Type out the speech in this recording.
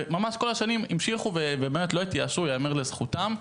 וממש כל השנים המשיכו ובאמת לא התייאשו ייאמר לזכותם.